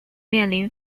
面临